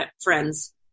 friends